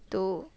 to